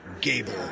gable